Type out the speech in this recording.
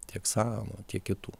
tiek savo tiek kitų